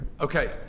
Okay